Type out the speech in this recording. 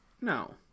No